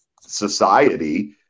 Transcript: society